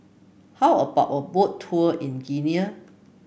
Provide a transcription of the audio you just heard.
how about a Boat Tour in Guinea